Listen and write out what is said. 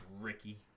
Ricky